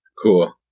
Cool